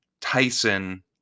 Tyson